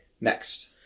Next